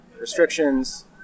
restrictions